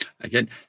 Again